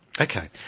Okay